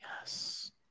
Yes